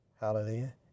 Hallelujah